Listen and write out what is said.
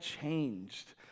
changed